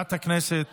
חברת הכנסת